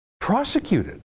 prosecuted